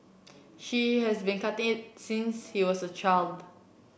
she has been cutting it since he was a child